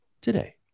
today